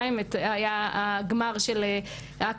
אף גורם לא יכול לפתור את זה לבד.